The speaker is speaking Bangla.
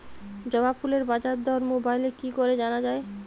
জবা ফুলের বাজার দর মোবাইলে কি করে জানা যায়?